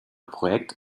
projekt